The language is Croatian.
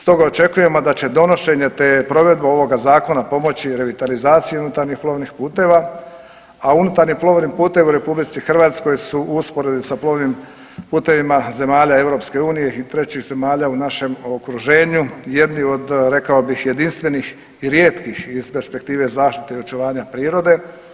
Stoga očekujemo da će donošenje, te provedba ovoga zakona pomoći revitalizaciji unutarnjih plovnih puteva, a unutarnji plovni putevi u RH su u usporedbi sa plovnim putevima zemalja EU i trećih zemalja u našem okruženju jedni od rekao bih jedinstvenih i rijetkih iz perspektive zaštite očuvanja prirode.